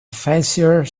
fancier